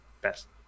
best